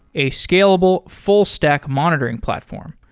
a scalable, full-stack monitoring platform.